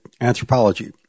anthropology